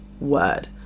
word